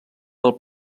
del